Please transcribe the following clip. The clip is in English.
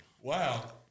Wow